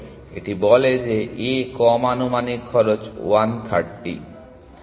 এটি বলে যে A কম আনুমানিক খরচ 130